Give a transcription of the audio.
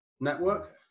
network